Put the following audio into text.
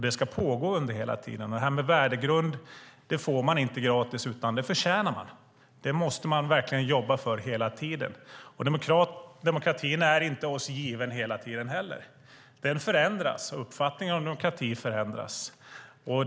Det ska pågå hela tiden. En värdegrund får man inte gratis, utan det förtjänar man. Det måste man verkligen jobba för hela tiden. Demokratin är oss inte given hela tiden. Den förändras, och uppfattningen om demokrati förändras.